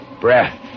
breath